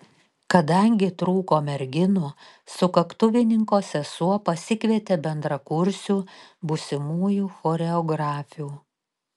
kadangi trūko merginų sukaktuvininko sesuo pasikvietė bendrakursių būsimųjų choreografių